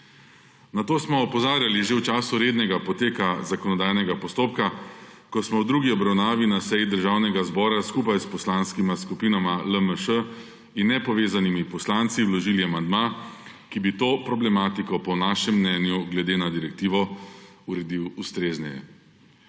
Na to smo opozarjali že v času rednega poteka zakonodajnega postopka, ko smo v drugi obravnavi na seji Državnega zbora skupaj s poslanskima skupinama LMŠ in nepovezanimi poslanci vložili amandma, ki bi to problematiko po našem mnenju glede na direktivo uredil ustrezneje.